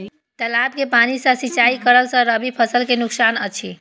तालाब के पानी सँ सिंचाई करला स रबि फसल के नुकसान अछि?